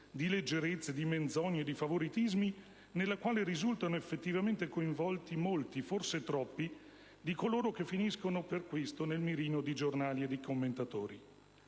di leggerezze, di menzogne e di favoritismi nella quale risultano effettivamente coinvolti molti - forse troppi - di coloro che finiscono per questo nel mirino di giornali e di commentatori.